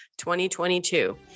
2022